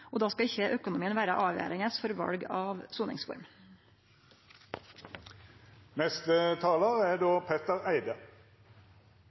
og då skal ikkje økonomien vere avgjerande for val av soningsform. Det er